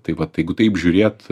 tai vat jeigu taip žiūrėt